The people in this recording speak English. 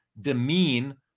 demean